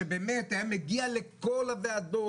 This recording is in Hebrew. שבאמת היה מגיע לכל הוועדות,